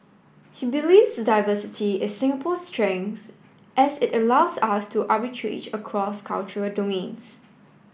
he believes diversity is Singapore's strength as it allows us to arbitrage across cultural domains